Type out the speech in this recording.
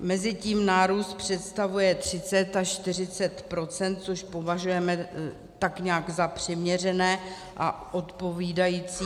Mezitím nárůst představuje 30 až 40 %, což považujeme tak nějak za přiměřené a odpovídající